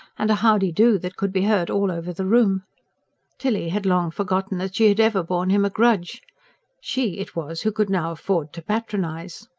and a howdee-do that could be heard all over the room tilly had long forgotten that she had ever borne him a grudge she it was who could now afford to patronise.